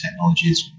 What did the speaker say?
technologies